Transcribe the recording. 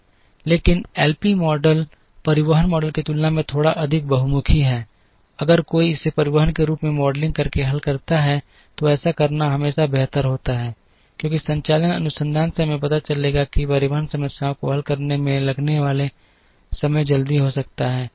लेकिन LP model परिवहन model की तुलना में थोड़ा अधिक बहुमुखी है अगर कोई इसे परिवहन के रूप में मॉडलिंग करके हल कर सकता है तो ऐसा करना हमेशा बेहतर होता है क्योंकि संचालन अनुसंधान से हमें पता चलेगा कि परिवहन समस्याओं को हल करने में लगने वाला समय जल्दी हो सकता है